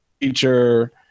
feature